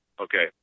Okay